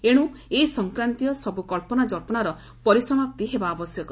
ଏଣୁ ଏ ସଂକ୍ରାନ୍ତୀୟ ସବୁ କ୍ରଚ୍ଚନାଜ୍ମଚ୍ଚନାର ପରିସମାପ୍ତି ହେବା ଆବଶ୍ୟକ